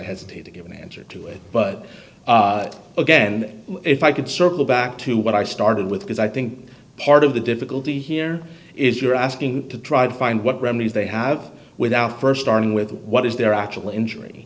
hesitate to give an answer to it but again if i could circle back to what i started with because i think part of the difficulty here is you're asking to try to find what remedies they have without st starting with what is their actual injury